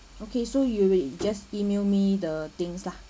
okay so you just email me the things lah